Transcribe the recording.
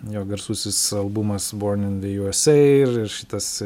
jo garsusis albumas born in ve juesei ir ir šitas